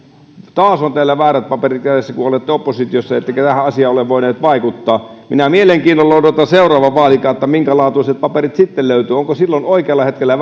taas on teillä väärät paperit kädessä kun olette oppositiossa ettekä tähän asiaan ole voineet vaikuttaa minä mielenkiinnolla odotan seuraavaa vaalikautta minkä laatuiset paperit sitten löytyy onko silloin oikealla hetkellä